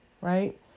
right